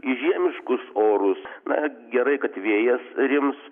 į žiemiškus orus na gerai kad vėjas rims